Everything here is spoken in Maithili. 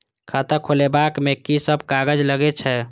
खाता खोलाअब में की सब कागज लगे छै?